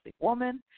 woman